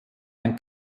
ein